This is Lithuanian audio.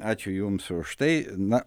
ačiū jums už tai na